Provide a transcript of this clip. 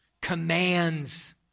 commands